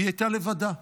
והיא הייתה לבדה.